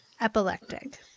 Epileptic